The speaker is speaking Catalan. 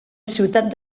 ciutat